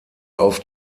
auf